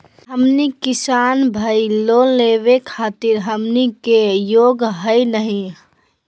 हमनी किसान भईल, लोन लेवे खातीर हमनी के योग्य हई नहीं?